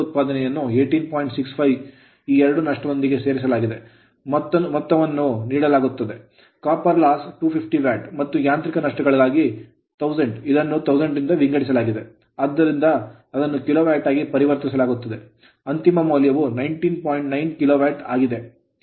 65 ಈ ಎರಡು ನಷ್ಟದೊಂದಿಗೆ ಸೇರಿಸಲಾಗಿದೆ ಮೊತ್ತವನ್ನು ನೀಡಲಾಗುತ್ತದೆ ಶಾರ್ಟ್ ಸರ್ಕ್ಯೂಟಿಂಗ್ ಗೇರ್ ನಲ್ಲಿ copper loss ತಾಮ್ರದ ನಷ್ಟಕ್ಕೆ 250 ವ್ಯಾಟ್ ಮತ್ತು ಯಾಂತ್ರಿಕ ನಷ್ಟಗಳಿಗಾಗಿ 1000 ವ್ಯಾಟ್ ಇದನ್ನು 1000 ದಿಂದ ವಿಂಗಡಿಸಲಾಗಿದೆ ಇದರಿಂದ ಅದನ್ನು ಕಿಲೋ ವ್ಯಾಟ್ ಆಗಿ ಪರಿವರ್ತಿಸಲಾಗುತ್ತದೆ ಆದ್ದರಿಂದ ಅಂತಿಮ ಮೌಲ್ಯವು 19